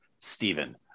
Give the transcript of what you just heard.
Stephen